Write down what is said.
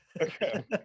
Okay